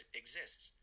exists